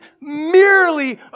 merely